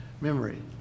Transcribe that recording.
memory